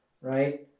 right